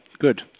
Good